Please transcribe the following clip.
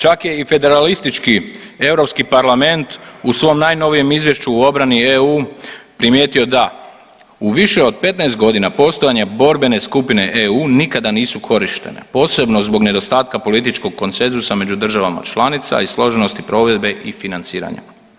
Čak je i federalistički Europski parlament u svom najnovijem izvješću o obrani EU primijetio da u više od 15 godina postojanja borbene skupine EU nikada nisu korištene posebno zbog nedostatka političkog konsenzusa među državama članica i složenosti provedbe i financiranja.